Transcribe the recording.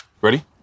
Ready